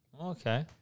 Okay